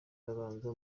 babanza